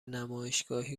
نمایشگاهی